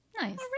nice